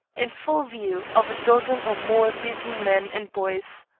in full view of a dozen or more busy men and boys.